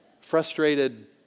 Frustrated